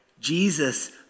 Jesus